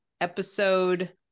episode